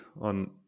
on